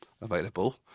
available